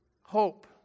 Hope